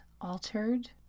altered